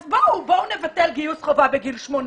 אז בואו, בואו נבטל גיוס חובה בגיל 18,